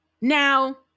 Now